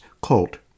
colt